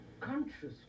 consciously